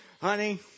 Honey